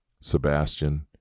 Sebastian